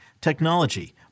technology